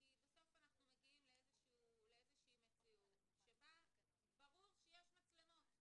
בסוף אנחנו מגיעים למציאות שברור שיש מצלמות.